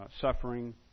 suffering